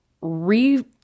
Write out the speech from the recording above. re